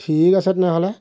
ঠিক আছে তেনেহ'লে